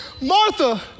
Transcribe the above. Martha